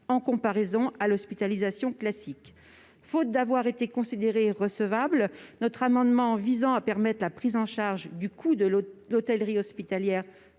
par rapport à l'hospitalisation classique. Faute d'avoir été considéré comme recevable, notre amendement visant à permettre la prise en charge du coût de l'hôtellerie hospitalière